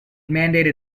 mandated